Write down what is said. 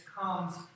comes